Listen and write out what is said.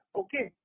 okay